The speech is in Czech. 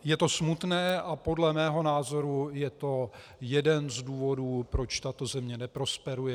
Je to smutné a podle mého názoru je to jeden z důvodů, proč tato země neprosperuje.